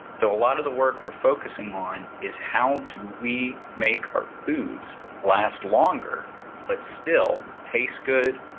so a lot of the work we're focusing on is, how do we make our foods last longer but still taste good,